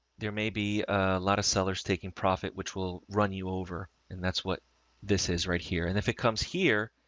there may be a lot of sellers taking profit, which will run you over. and that's what this is right here. and if it comes here,